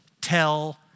tell